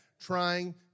trying